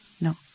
No